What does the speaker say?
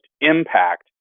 impact